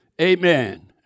Amen